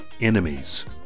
Enemies